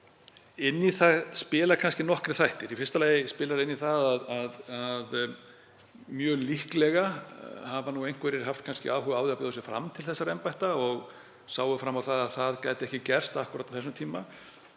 Inn í það spila nokkrir þættir. Í fyrsta lagi spilar inn í það að mjög líklega hafa einhverjir haft áhuga á að bjóða sig fram til þessara embætta en séð fram á að það gæti ekki gerst akkúrat á þessum tíma.